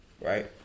right